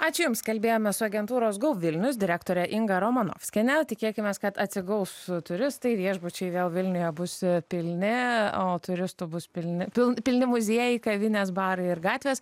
ačiū jums kalbėjome su agentūros gau vilnius direktore inga romanovskiene tikėkimės kad atsigaus turistai viešbučiai vėl vilniuje bus pilni o turistų bus pilni pilni pilni muziejai kavinės barai ir gatvės